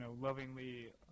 lovingly